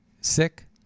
sick